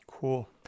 Cool